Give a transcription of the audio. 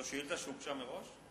שביתה בפרקליטות, זו שאילתא שהוגשה מראש?